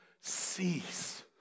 cease